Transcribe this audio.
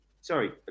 Sorry